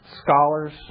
scholars